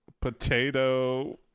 potato